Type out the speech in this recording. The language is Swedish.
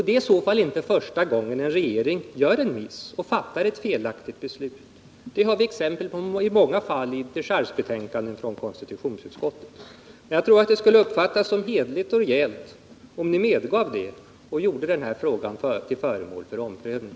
Det är i så fall inte första gången som en regering gör en miss eller fattar ett felaktigt beslut. Det har vi många exempel på i dechargebetänkanden från konstitutionsutskottet. Jag tror att det skulle uppfattas som hederligt och rejält om ni medgav detta och gjorde denna fråga till föremål för omprövning.